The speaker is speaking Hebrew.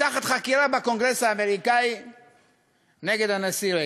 נפתחת חקירה בקונגרס האמריקני נגד הנשיא רייגן: